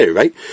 right